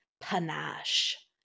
panache